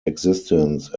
existence